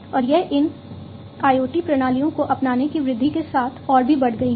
और यह इन IoT प्रणालियों को अपनाने की वृद्धि के साथ और भी बढ़ गई है